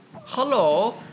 Hello